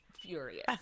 furious